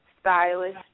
Stylish